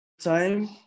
time